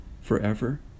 forever